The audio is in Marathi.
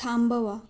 थांबवा